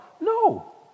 No